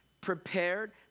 prepared